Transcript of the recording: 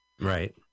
Right